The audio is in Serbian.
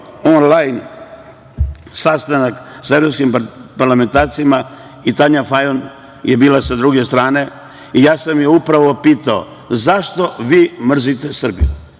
onlajn sastanak sa evropskim parlamentarcima i Tanja Fajon je bila sa druge strane, upravo sam je ja pitao zašto vi mrzite Srbiju?